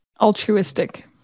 Altruistic